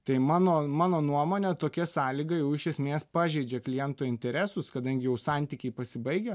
tai mano mano nuomone tokia sąlyga jau iš esmės pažeidžia kliento interesus kadangi jau santykiai pasibaigę